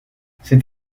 c’est